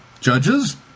Judges